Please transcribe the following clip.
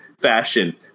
fashion